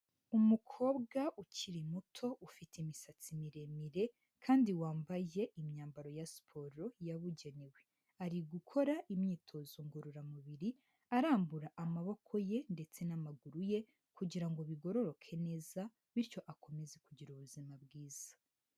Umukobwa ukiri muto, ufite imisatsi miremire kandi wambaye imyambaro ya siporo yabugenewe. Ari gukora imyitozo ngororamubiri, arambura amaboko ye ndetse n'amaguru ye kugira ngo bigororoke neza bityo akomeze kugira ubuzima bwiza.